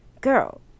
girl